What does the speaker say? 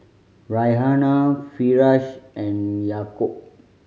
Raihana Firash and Yaakob